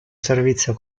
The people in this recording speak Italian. servizio